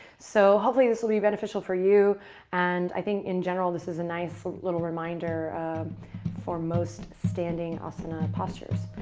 so hopefully this will be beneficial for you and i think in general this is a nice little reminder for most standing asinine postures.